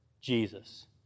Jesus